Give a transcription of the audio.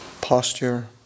posture